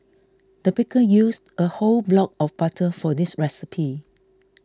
the baker used a whole block of butter for this recipe